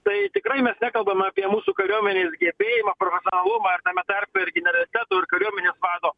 tai tikrai mes nekalbam apie mūsų kariuomenės gebėjimą profesionalumą ir tame tarpe ir generaliteto ir kariuomenės vado